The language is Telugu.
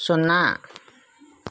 సున్నా